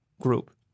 group